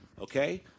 Okay